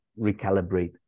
recalibrate